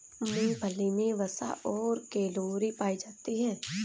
मूंगफली मे वसा और कैलोरी पायी जाती है